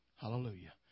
Hallelujah